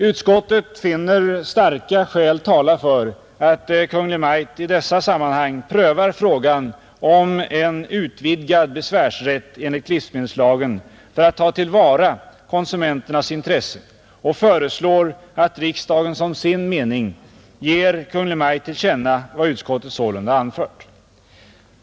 Utskottet finner starka skäl tala för att Kungl. Maj:t i dessa sammanhang prövar frågan om en utvidgad besvärsrätt enligt livsmedelslagen för att ta till vara konsumenternas intressen och föreslår att riksdagen som sin mening ger Kungl. Maj:t till känna vad utskottet sålunda anfört.